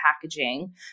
packaging